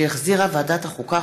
שהחזירה ועדת החוקה,